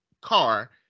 car